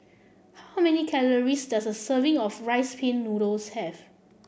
how many calories does a serving of Rice Pin Noodles have